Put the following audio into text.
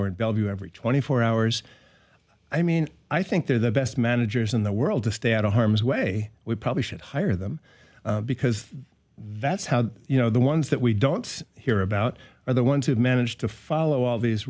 or at bellevue every twenty four hours i mean i think they're the best managers in the world to stay out of harm's way we probably should hire them because that's how you know the ones that we don't hear about are the ones who manage to follow all these